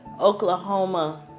Oklahoma